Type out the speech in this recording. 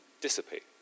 dissipate